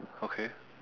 okay